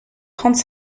trente